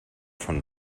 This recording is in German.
von